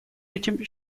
этим